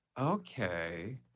Okay